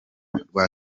rwa